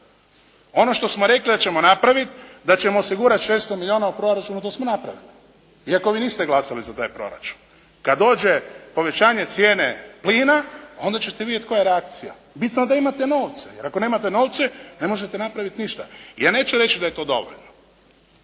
Ono što smo rekli da ćemo napraviti da ćemo osigurati 600 milijuna u proračunu to smo napravili. Iako vi niste glasali za taj proračun. Kad dođe povećanje cijene plina onda ćete vidjeti koja je reakcija. Bitno je da imate novce jer ako nemate novce ne možete napraviti ništa. Ja neću reći da je to dovoljno